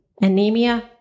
anemia